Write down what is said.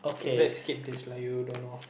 okay let's skip these like you don't know